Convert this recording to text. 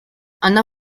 она